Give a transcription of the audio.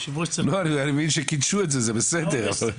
אני מבין שקידשו את זה, זה בסדר.